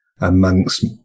amongst